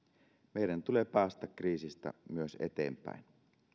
meidän tulee päästä kriisistä myös eteenpäin